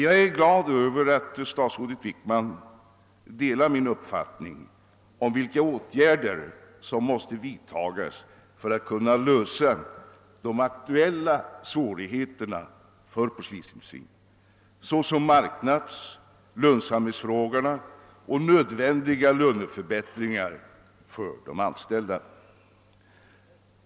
Jag är glad över att statsrådet delar min uppfattning om vilka åtgärder som måste vidtagas för att kunna lösa de aktuella svårigheterna för porslinsindustrin, såsom marknadsoch lönsamhetsfrågor och nödvändiga löneförbättringar för de anställda.